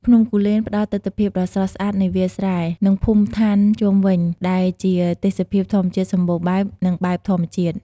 ភ្នំគូលែនផ្តល់ទិដ្ឋភាពដ៏ស្រស់ស្អាតនៃវាលស្រែ និងភូមិឋានជុំវិញ ដែលជាទេសភាពធម្មជាតិសម្បូរបែប និងបែបធម្មជាតិ។